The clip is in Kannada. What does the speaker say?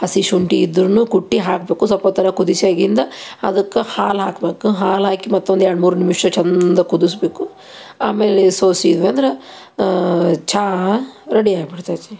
ಹಸಿ ಶುಂಠಿ ಇದ್ರೂನು ಕುಟ್ಟಿ ಹಾಕಬೇಕು ಸ್ವಲ್ಪೊತ್ತರ ಕುದಿಸ್ಯಾಗಿಂದ ಅದಕ್ಕೆ ಹಾಲು ಹಾಕ್ಬೇಕು ಹಾಲು ಹಾಕಿ ಮತ್ತೊಂದು ಎರಡು ಮೂರು ನಿಮಿಷ ಚಂದ ಕುದಿಸ್ಬೇಕು ಆಮೇಲೆ ಸೋಸಿದ್ವಂದ್ರೆ ಚಾ ರೆಡಿ ಆಗಿಬಿಡ್ತೈತಿ